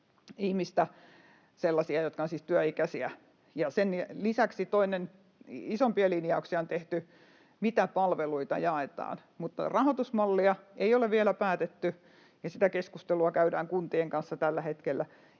sellaisia, jotka ovat työikäisiä. Ja sen lisäksi isompia linjauksia on tehty siitä, mitä palveluita jaetaan, mutta rahoitusmallia ei ole vielä päätetty, ja sitä keskustelua käydään kuntien kanssa tällä hetkellä.